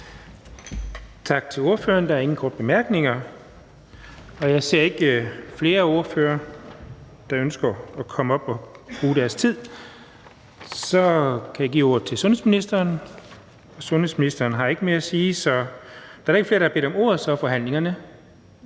Tak til ordføreren. Der er ingen korte bemærkninger. Jeg ser ikke flere ordførere, der ønsker at komme op og bruge deres tid på talerstolen. Så kan jeg give ordet til sundhedsministeren, men sundhedsministeren har ikke mere at sige. Det har fru Liselott Blixt. Fru Liselott Blixt får ordet.